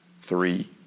Three